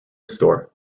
store